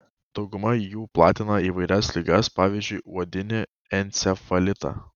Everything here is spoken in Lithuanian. dauguma jų platina įvairias ligas pavyzdžiui uodinį encefalitą